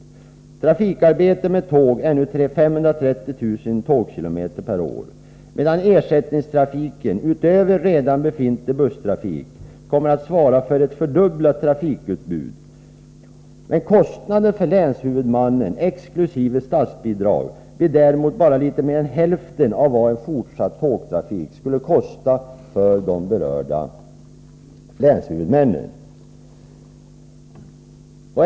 Tågtrafiken omfattar nu 530 000 tågkilometer per år, medan ersättningstrafiken, utöver redan befintlig busstrafik, kommer att svara för ett fördubblat trafikutbud. Kostnaderna för länshuvudmännen, exkl. statsbidrag, blir däremot bara litet mer än hälften av kostnaderna för en fortsatt tågtrafik.